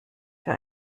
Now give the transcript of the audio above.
für